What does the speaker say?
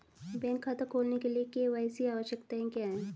Bank खाता खोलने के लिए के.वाई.सी आवश्यकताएं क्या हैं?